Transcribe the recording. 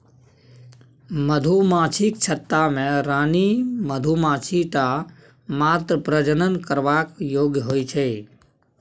मधुमाछीक छत्ता मे रानी मधुमाछी टा मात्र प्रजनन करबाक योग्य होइ छै